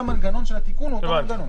המנגנון של התיקון הוא אותו מנגנון.